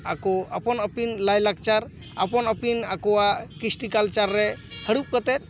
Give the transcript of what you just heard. ᱟᱠᱚ ᱟᱯᱟᱱ ᱟᱯᱤᱱ ᱞᱟᱭ ᱞᱟᱠᱪᱟᱨ ᱟᱯᱟᱱ ᱟᱯᱤᱱ ᱟᱠᱚᱣᱟᱜ ᱠᱤᱥᱴᱤ ᱠᱟᱞᱪᱟᱨ ᱨᱮ ᱦᱟᱲᱩᱵ ᱠᱟᱛᱮᱫ